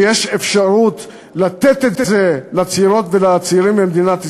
ויש אפשרות לתת את זה לצעירות ולצעירים במדינת ישראל.